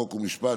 חוק ומשפט,